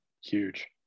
Huge